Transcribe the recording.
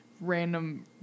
random